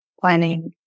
planning